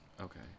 Okay